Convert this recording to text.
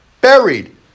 buried